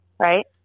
right